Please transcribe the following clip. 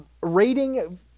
rating